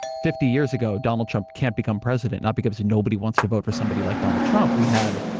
fifty years ago donald trump can't become president. not because nobody wants to vote for somebody like donald trump we had,